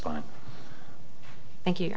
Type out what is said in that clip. fine thank you